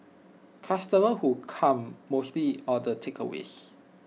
customers who come mostly order takeaways